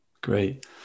great